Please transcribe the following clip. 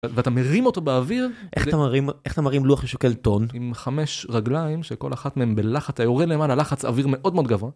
ואתה מרים אותו באוויר, איך אתה מרים לוח ששוקל טון, עם חמש רגליים שכל אחת מהם בלחץ היורד למעלה לחץ אוויר מאוד מאוד גבוה.